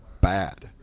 bad